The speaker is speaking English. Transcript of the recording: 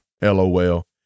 LOL